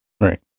Right